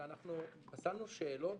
אלא אנחנו פסלנו שאלות